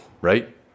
Right